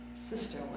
sister